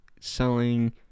selling